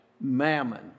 mammon